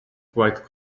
quite